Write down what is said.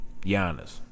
Giannis